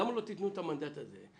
למה לא תתנו את המנדט הזה,